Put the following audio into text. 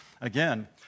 Again